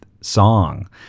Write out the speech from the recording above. song